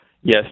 Yes